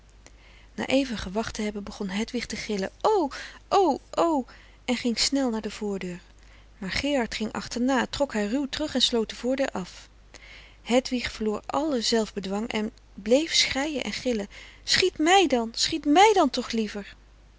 na even gewacht te hebben begon hedwig te gillen o o o en ging snel naar de voordeur maar gerard ging achterna trok haar ruw terug en sloot de voordeur af hedwig verloor alle zelf bedwang en bleef schreien en gillen schiet mij dan schiet mij dan toch liever